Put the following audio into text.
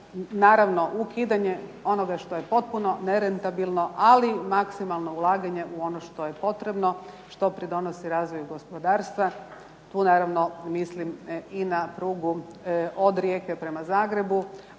naravno ukidanje onoga što je potpuno nerentabilno, ali maksimalno ulaganje u ono što je potrebno, što pridonosi razvoju gospodarstva. Tu naravno mislim i na prugu od Rijeke prema Zagrebu,